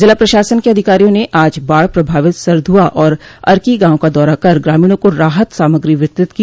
जिला प्रशासन के अधिकारियों ने आज बाढ़ प्रभावित सरधुआ और अर्की गांव का दौरा कर ग्रामीणों को राहत सामग्री वितरित की